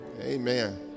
Amen